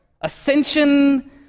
ascension